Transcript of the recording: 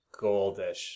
goldish